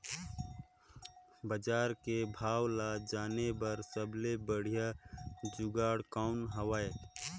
बजार के भाव ला जाने बार सबले बढ़िया जुगाड़ कौन हवय?